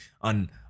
on